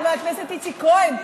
חבר הכנסת איציק כהן.